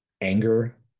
anger